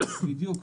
בדיוק.